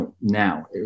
now